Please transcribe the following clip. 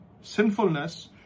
sinfulness